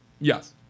yes